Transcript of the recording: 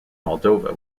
moldova